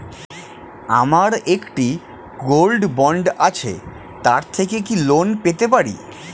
আমার একটি gold bond আছে তার থেকে কি লোন পেতে পারি?